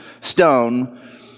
stone